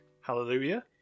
Hallelujah